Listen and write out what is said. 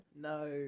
No